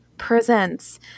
presents